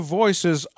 voices